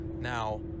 Now